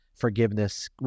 forgiveness